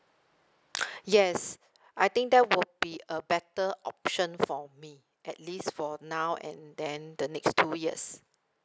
yes I think that would be a better option for me at least for now and then the next two years